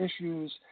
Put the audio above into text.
issues